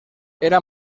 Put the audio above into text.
era